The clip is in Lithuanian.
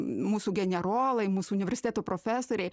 mūsų generolai mūsų universitetų profesoriai